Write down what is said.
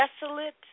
desolate